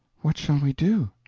what shall we do?